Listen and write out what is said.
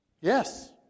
Yes